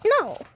no